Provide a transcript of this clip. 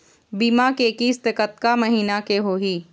बीमा के किस्त कतका महीना के होही?